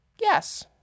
Yes